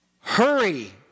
Hurry